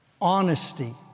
honesty